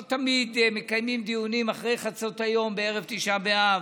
לא תמיד מקיימים דיונים אחרי חצות היום בערב תשעה באב,